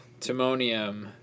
Timonium